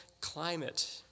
climate